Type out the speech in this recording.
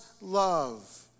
love